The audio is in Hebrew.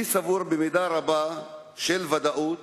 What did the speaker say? אני סבור במידה רבה של ודאות